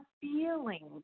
feelings